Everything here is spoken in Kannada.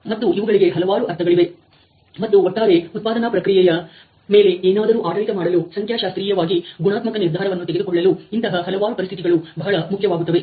ಮತ್ತು ಇವುಗಳಿಗೆ ಹಲವಾರು ಅರ್ಥಗಳಿವೆ ಮತ್ತು ಒಟ್ಟಾರೆ ಉತ್ಪಾದನಾ ಪ್ರಕ್ರಿಯೆಯ ಮೇಲೆ ಏನಾದರೂ ಆಡಳಿತ ಮಾಡಲು ಸಂಖ್ಯಾಶಾಸ್ತ್ರೀಯವಾಗಿ ಗುಣಾತ್ಮಕ ನಿರ್ಧಾರವನ್ನು ತೆಗೆದುಕೊಳ್ಳಲು ಇಂತಹ ಹಲವಾರು ಪರಿಸ್ಥಿತಿಗಳು ಬಹಳ ಮುಖ್ಯವಾಗುತ್ತವೆ